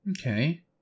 Okay